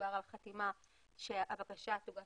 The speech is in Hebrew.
מדובר על כך שהבקשה תוגש